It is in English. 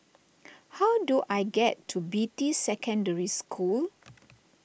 how do I get to Beatty Secondary School